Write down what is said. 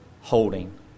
holding